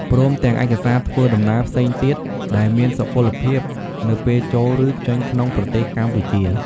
ព្រមទាំងឯកសារធ្វើដំណើរផ្សេងទៀតដែលមានសុពលភាពនៅពេលចូលឬចេញក្នុងប្រទេសកម្ពុជា។